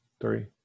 Three